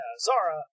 Zara